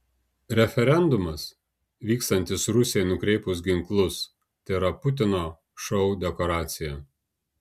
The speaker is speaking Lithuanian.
referendumas vykstantis rusijai nukreipus ginklus tėra putino šou dekoracija